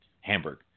Hamburg